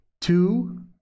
two